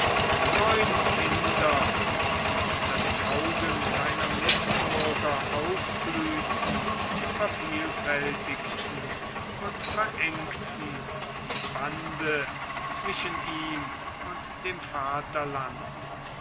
neun kinder die unter den augen seiner mitbürger aufblühten vervielfältigten und verengten die bande zwischen ihm und dem vaterland